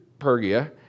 Pergia